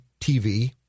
TV